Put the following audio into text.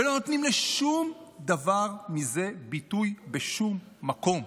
ולא נותנים לשום דבר מזה ביטוי בשום מקום".